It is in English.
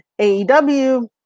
AEW